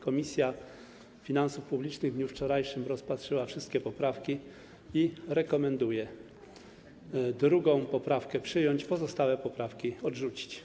Komisja Finansów Publicznych w dniu wczorajszym rozpatrzyła wszystkie poprawki i rekomenduje poprawkę 2. przyjąć, pozostałe poprawki odrzucić.